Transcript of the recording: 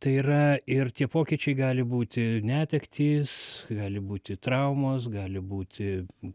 tai yra ir tie pokyčiai gali būti netektys gali būti traumos gali būti